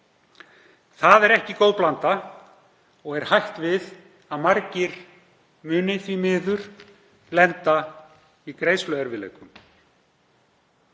Það er ekki góð blanda og hætt við að margir muni því miður lenda í greiðsluerfiðleikum.